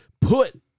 put